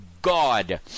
God